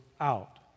out